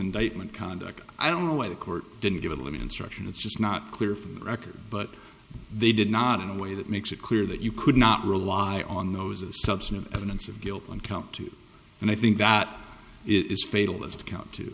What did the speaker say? indictment conduct i don't know why the court didn't give it me instruction it's just not clear from the record but they did not in a way that makes it clear that you could not rely on those as substantive evidence of guilt on count two and i think that is fatal is to count to